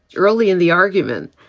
early in the argument,